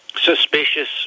suspicious